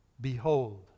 Behold